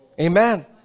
Amen